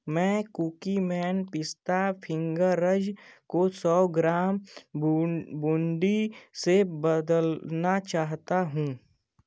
मैं कुकीमैन पिस्ता फिंगरज़ को सौ ग्राम बूं बूंदी से बदलना चाहता हूँ